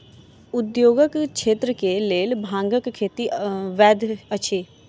उद्योगक क्षेत्र के लेल भांगक खेती वैध अछि